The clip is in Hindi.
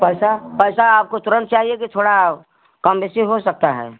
पैसा पैसा आपको तुरंत चाहिए कि थोड़ा कम बेसी हो सकता है